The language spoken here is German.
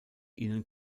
ihnen